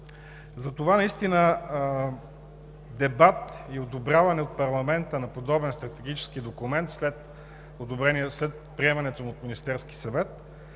Затова дебат и одобряване от парламента на подобен стратегически документ след приемането му от Министерския съвет